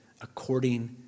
according